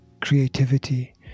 creativity